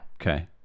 Okay